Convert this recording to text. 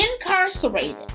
Incarcerated